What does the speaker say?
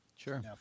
Sure